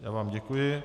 Já vám děkuji.